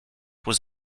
was